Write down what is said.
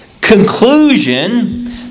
Conclusion